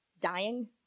dying